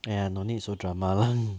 !aiya! no need so drama [one]